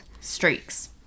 Streaks